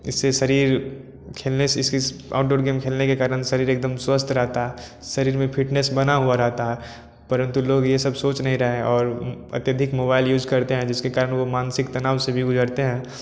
इससे शरीर खेलने से इसकी आउटडोर गेम खेलने के कारण शरीर एकदम स्वस्थ रहता है शरीर में फिटनेस बना हुआ रहता है परंतु लोग यह सब सोच नहीं रहे हैं और अत्यधिक मोबाइल यूज़ करते हैं जिसके कारण वह मानसिक तनाव से भी गुजरते हैं